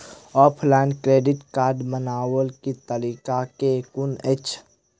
Offline credit card बनाबै केँ तरीका केँ कुन अछि?